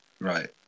Right